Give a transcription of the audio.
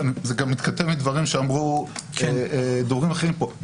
זה גם מתכתב עם דברים שאמרו דוברים אחרים פה,